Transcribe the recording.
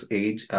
age